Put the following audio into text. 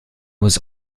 was